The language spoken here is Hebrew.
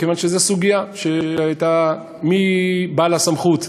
מכיוון שזו הסוגיה שהייתה: מי בעל הסמכות?